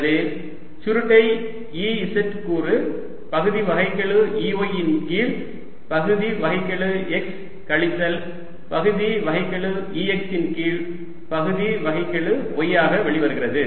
எனவே சுருட்டை E z கூறு பகுதி வகைக்கெழு Ey இன் கீழ் பகுதி வகைக்கெழு x கழித்தல் பகுதி வகைக்கெழு Ex இன் கீழ் பகுதி வகைக்கெழு y ஆக வெளிவருகிறது